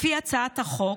לפי הצעת החוק,